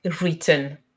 written